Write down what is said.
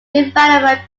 development